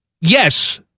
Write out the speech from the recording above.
yes